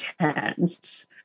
intense